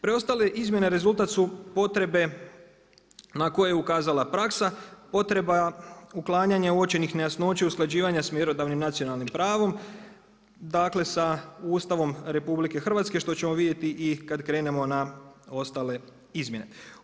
Preostale izmjene rezultat su potrebe na koje je ukazala praksa, potreba uklanjanje uočenih nejasnoća, usklađivanja s mjerodavnim nacionalnim pravom, dakle sa Ustavom RH što ćemo vidjeti i kad krenemo na ostale izmjene.